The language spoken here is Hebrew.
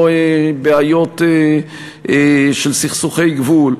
ללא בעיות של סכסוכי גבול,